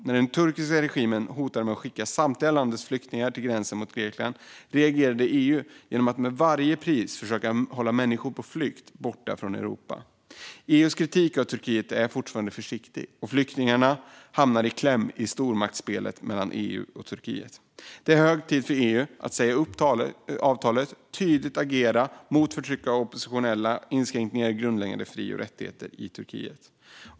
När den turkiska regimen hotade att skicka samtliga landets flyktingar till gränsen mot Grekland reagerade EU genom att till varje pris försöka hålla människor på flykt borta från Europa. EU:s kritik mot Turkiet är fortfarande försiktig, och flyktingarna hamnar i kläm i stormaktsspelet mellan EU och Turkiet. Det är hög tid för EU att säga upp avtalet och att tydligt agera mot förtrycket av oppositionella och mot inskränkningar i grundläggande fri och rättigheter i Turkiet.